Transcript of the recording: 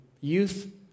youth